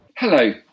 Hello